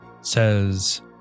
says